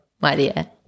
Maria